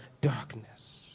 darkness